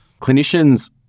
clinicians